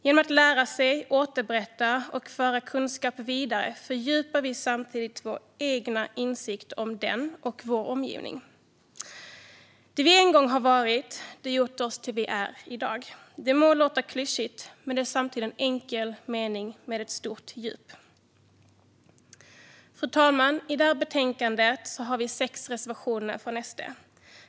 Genom att lära sig, återberätta och föra vidare kunskap fördjupar vi samtidigt vår egen insikt om den och vår omgivning. Det vi en gång har varit har gjort oss till det vi är i dag. Det må låta klyschigt, men det är samtidigt en enkel mening med ett stort djup. Fru talman! I det här betänkandet har vi sex reservationer från SD.